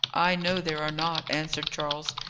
i know there are not, answered charles.